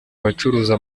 abacuruza